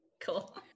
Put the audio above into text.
Cool